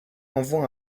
envoie